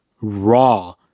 raw